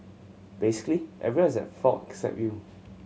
basically everyone is at fault except you